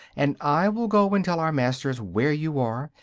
and i will go and tell our masters where you are,